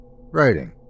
Writing